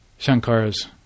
Shankara's